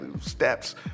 steps